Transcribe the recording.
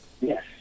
Yes